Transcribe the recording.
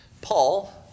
paul